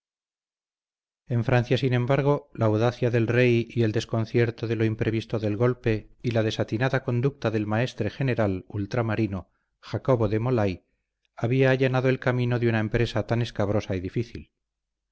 en francia sin embargo la audacia del rey y el desconcierto de lo imprevisto del golpe y la desatinada conducta del maestre general ultramarino jacobo de molay había allanado el camino de una empresa tan escabrosa y difícil